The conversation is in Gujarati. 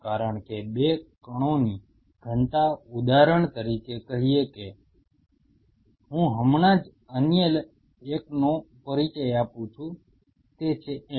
કારણ કે 2 કણોની ઘનતા ઉદાહરણ તરીકે કહીએ કે હું હમણાં જ અન્ય એકનો પરિચય આપું છું તે છે f